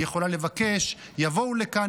היא יכולה לבקש: יבואו לכאן,